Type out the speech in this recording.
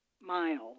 miles